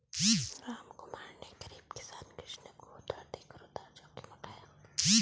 रामकुमार ने गरीब किसान कृष्ण को उधार देकर उधार जोखिम उठाया